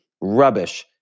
rubbish